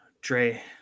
Dre